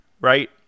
right